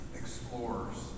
explorers